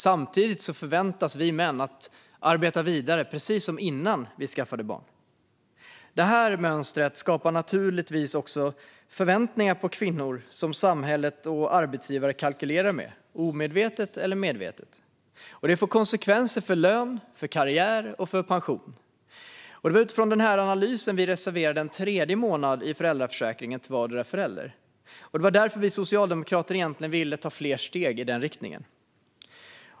Samtidigt förväntas vi män arbeta vidare precis som innan vi skaffade barn. Det här mönstret skapar naturligtvis också förväntningar på kvinnor som samhället och arbetsgivare kalkylerar med, omedvetet eller medvetet, och det får konsekvenser för lön, karriär och pension. Det var utifrån den här analysen vi reserverade en tredje månad i föräldraförsäkringen till vardera föräldern. Och det var därför vi socialdemokrater egentligen ville ta fler steg i den riktningen.